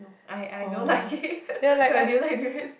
know I I don't like it I didn't like durian